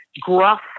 gruff